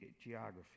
geography